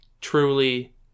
truly